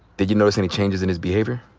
did you notice any changes in his behavior?